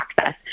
access